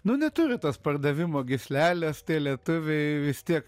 nu neturi tos pardavimo gyslelės tie lietuviai vis tiek